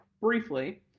briefly